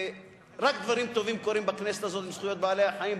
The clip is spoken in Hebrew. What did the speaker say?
רק דברים טובים קורים בכנסת הזאת עם זכויות בעלי-החיים,